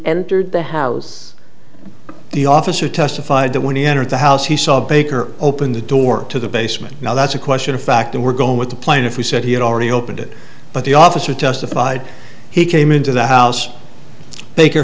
entered the house the officer testified that when he entered the house he saw baker open the door to the basement now that's a question of fact and we're going with the plan if he said he had already opened it but the officer testified he came into the house baker h